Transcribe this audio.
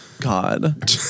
God